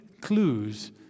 clues